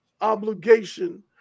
obligation